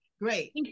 Great